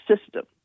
system